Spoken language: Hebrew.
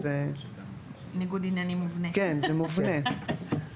זאת העמדה שלי לגבי סעיף כזה שהוא באמת חריג ויש בו את הבעייתיות שבו.